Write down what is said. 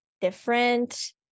different